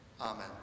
Amen